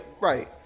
right